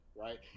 right